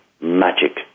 magic